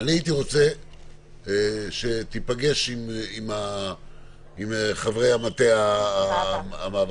אני הייתי רוצה שתיפגש עם חברי המטה המאבק